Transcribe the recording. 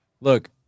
look